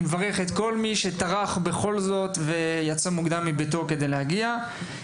אני מברך את כל מי שטרח ויצא מוקדם מביתו כדי להגיע בכל זאת.